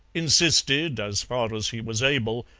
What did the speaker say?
insisted, as far as he was able,